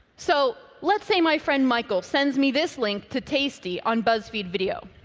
so let's say my friend michael sends me this link to tasty on buzzfeed video.